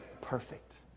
Perfect